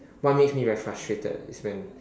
what makes me very frustrated is when